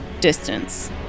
distance